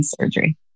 surgery